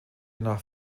nach